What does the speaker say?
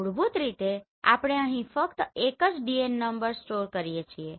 મૂળભૂત રીતે આપણે અહીં ફક્ત એક જ DN નંબર સ્ટોર કરીએ છીએ